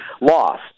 lost